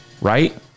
Right